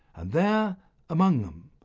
and there among them,